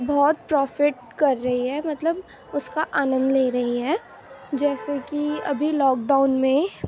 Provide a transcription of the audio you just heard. بہت پرافٹ کر رہی ہے مطلب اس کا آنند لے رہی ہے جیسا کہ ابھی لاک ڈاؤن میں